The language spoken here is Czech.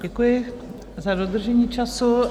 Děkuji za dodržení času.